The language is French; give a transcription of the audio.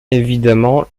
évidemment